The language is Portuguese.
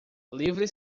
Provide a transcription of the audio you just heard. livre